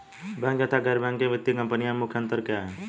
Bank तथा गैर banking वित्तीय कंपनियों में मुख्य अंतर क्या है?